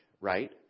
Right